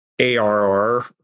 ARR